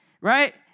right